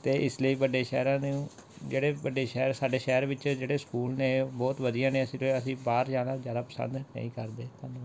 ਅਤੇ ਇਸ ਲਈ ਵੱਡੇ ਸ਼ਹਿਰਾਂ ਨੂੰ ਜਿਹੜੇ ਵੱਡੇ ਸ਼ਹਿਰ ਸਾਡੇ ਸ਼ਹਿਰ ਵਿੱਚ ਜਿਹੜੇ ਸਕੂਲ ਨੇ ਬਹੁਤ ਵਧੀਆ ਨੇ ਅਸੀਂ ਅਸੀਂ ਬਾਹਰ ਜਾਣਾ ਜ਼ਿਆਦਾ ਪਸੰਦ ਨਹੀਂ ਕਰਦੇ ਧੰਨਵਾਦ